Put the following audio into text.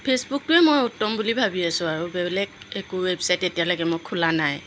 ফেচবুকটোৱে মই উত্তম বুলি ভাবি আছোঁ আৰু বেলেগ একো ৱেবচাইট এতিয়ালৈকে মই খোলা নাই